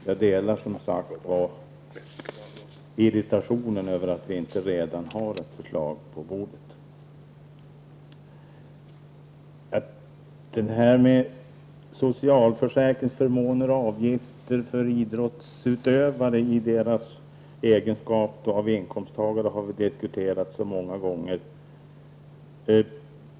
Jag delar som sagt irritationen över att vi inte redan har ett förslag på bordet. Socialförsäkringsförmåner och avgifter för idrottsutövare i deras egenskap av inkomsttagare har vi diskuterat så många gånger.